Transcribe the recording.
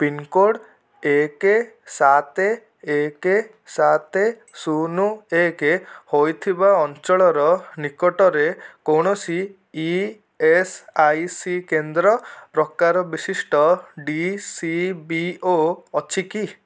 pin code ଏକ ସାତ ଏକ ସାତ ଶୂନ ଏକ ହୋଇଥିବା ଅଞ୍ଚଳର ନିକଟରେ କୌଣସି ଇ ଏସ୍ ଆଇ ସି କେନ୍ଦ୍ର ପ୍ରକାର ବିଶିଷ୍ଟ ଡି ସି ବି ଓ ଅଛି କି